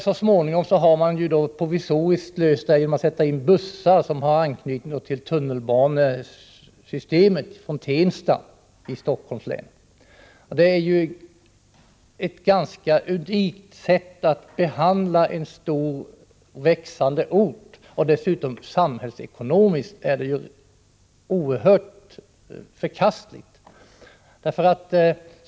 Så småningom har man provisoriskt löst problemet genom att sätta in bussar, som anknyter till tunnelbanan i Tensta i Stockholms län. Detta är ett ganska unikt sätt att behandla en stor och växande ort. Dessutom är det samhällsekonomiskt oerhört förkastligt.